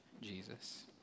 Jesus